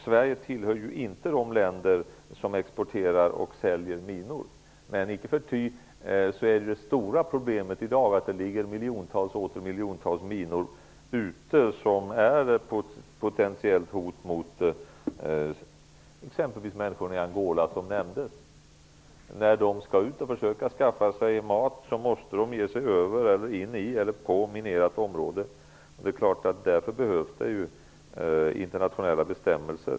Sverige tillhör inte de länder som exporterar och säljer minor, men icke förty är det stora problemet i dag att det finns miljontals och åter miljontals minor som är ett potentiellt hot mot exempelvis människorna i Angola, som nämndes. När de går ut för att skaffa sig mat måste de in på minerade områden. Därför behövs internationella bestämmelser.